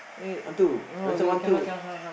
one two Spencer one two